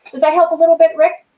does that help a little bit, rick?